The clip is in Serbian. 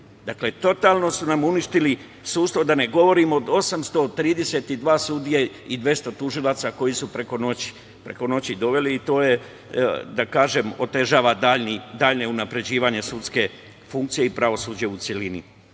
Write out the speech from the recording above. Dakle, totalno su nam uništili sudstvo, a da ne govorim o 832 sudije i 200 tužilaca koje su preko noći doveli, i to otežava dalje unapređenje sudske funkcije i pravosuđa u celini. Vi